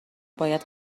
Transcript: باید